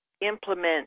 implement